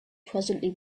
presently